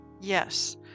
Yes